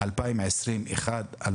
ב-2020 אחד,